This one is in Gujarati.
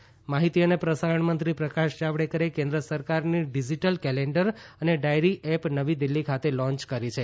ડિજીટલ કેલેન્ડર એપ માહિતી અને પ્રસારણમંત્રી પ્રકાશ જાવડેકરે કેન્દ્ર સરકારની ડિજીટલ કેલેન્ડર અને ડાયરી એપ નવી દિલ્હી ખાતે લોન્ય કરી છે